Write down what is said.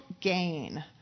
gain